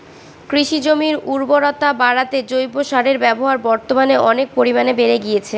কৃষিজমির উর্বরতা বাড়াতে জৈব সারের ব্যবহার বর্তমানে অনেক পরিমানে বেড়ে গিয়েছে